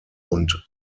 und